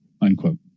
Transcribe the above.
unquote